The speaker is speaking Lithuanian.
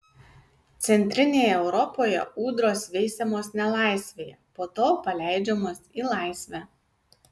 centrinėje europoje ūdros veisiamos nelaisvėje po to paleidžiamos į laisvę